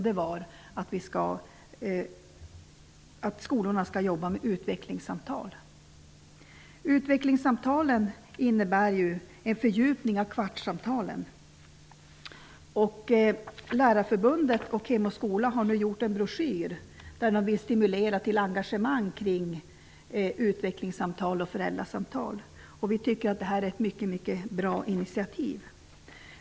Det var att skolorna skall jobba med utvecklingssamtal. Utvecklingssamtalen innebär ju en fördjupning av kvartssamtalen. Lärarförbundet och Hem och skola har nu gjort en broschyr där man vill stimulera till engagemang kring utvecklingssamtal och föräldrasamtal. Vi tycker att det är ett mycket mycket bra initiativ.